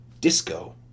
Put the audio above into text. Disco